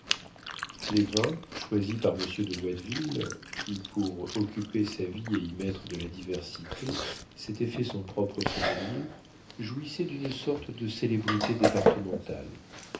les vins choisis par monsieur de watteville qui pour occuper sa vie et y mettre de la diversité s'était fait son propre sommelier jouissaient d'une sorte de célébrité départementale